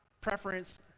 preference